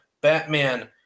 Batman